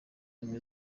ubumwe